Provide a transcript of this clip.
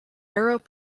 borough